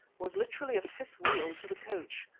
was literally a fifth wheel to the coach.